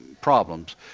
problems